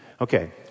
Okay